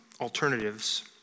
alternatives